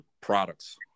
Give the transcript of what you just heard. products